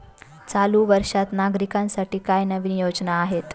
चालू वर्षात नागरिकांसाठी काय नवीन योजना आहेत?